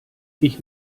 ich